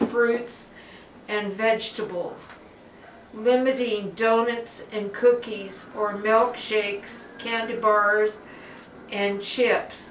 fruits and vegetables limiting doenitz and cookies or milk shakes candy bars and chips